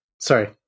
sorry